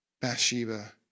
Bathsheba